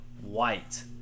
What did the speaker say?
white